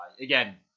again